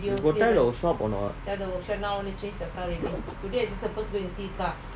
you got tell the shop a not